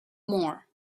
more